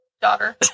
daughter